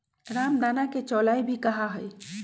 रामदाना के चौलाई भी कहा हई